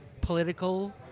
political